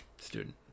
student